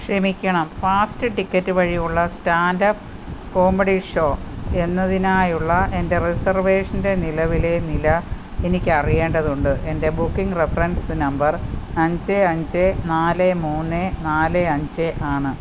ക്ഷമിക്കണം fast ticket വഴിയുള്ള standup comedy show എന്നതിനായുള്ള എൻ്റെ റിസർവേഷൻ്റെ നിലവിലെ നില എനിക്കറിയേണ്ടതുണ്ട് എൻ്റെ ബുക്കിംഗ് റഫറൻസ് നമ്പർ അഞ്ച് അഞ്ച് നാല് മൂന്ന് നാല് അഞ്ച് ആണ്